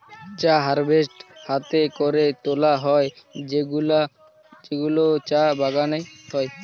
চা হারভেস্ট হাতে করে তোলা হয় যেগুলো চা বাগানে হয়